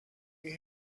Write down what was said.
you